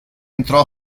entrò